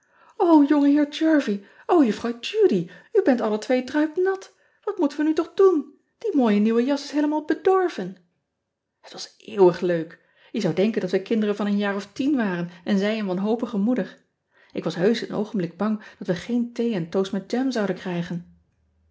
ongeheer ervie o uffrouw udy bent alle twee druipnat at moeten we nu toch doen ie mooie nieuwe jas is heelemaal bedorven et was eeuwig leuk e zou denken dat we kinderen van een jaar of tien waren en zij een wanhopige moeder k was heusch een oogenblik bang dat we geen thee en toast met jam zouden krijgen